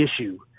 issue